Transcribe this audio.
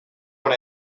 when